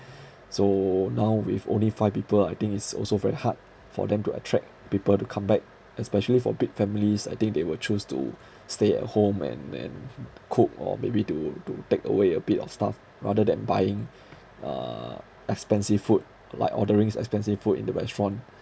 so now with only five people I think it's also very hard for them to attract people to come back especially for big families I think they will choose to stay at home and then cook or maybe to to takeaway a bit of stuff rather than buying uh expensive food like ordering expensive food in the restaurant